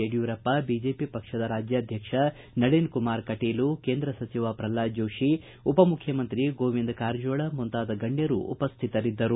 Yediyurappa BJP ಪಕ್ಷದ ರಾಜ್ಯಧ್ಯಕ್ಷ ನಳಿನ ಕುಮಾರ್ ಕಟೀಲ ಕೇಂದ್ರ ಸಚಿವ ಪ್ರಲ್ವಾದ ಜ್ಯೋಶಿ ಉಪ ಮುಖ್ಡಮಂತ್ರಿ ಗೋವಿಂದ ಕಾರಜೋಳ ಮುಂತಾದ ಗಣ್ದರು ಉಪಸ್ಥಿತರಿದ್ದರು